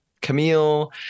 Camille